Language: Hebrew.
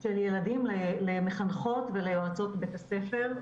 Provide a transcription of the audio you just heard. של ילדים למחנכות וליועצות בית הספר.